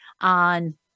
on